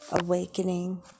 Awakening